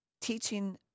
teaching